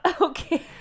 Okay